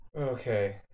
Okay